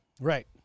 Right